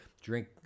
Drink